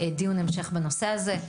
דיון המשך בנושא הזה.